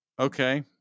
Okay